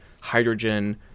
hydrogen